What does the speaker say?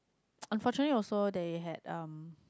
unfortunately also they had um